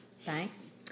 Thanks